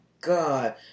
God